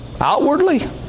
Outwardly